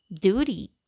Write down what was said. duty